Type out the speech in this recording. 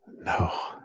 No